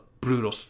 brutal